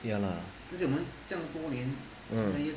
ya lah uh